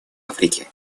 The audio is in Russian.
африке